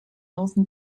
northern